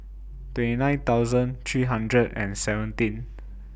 twenty nine thousand three hundred and seventeen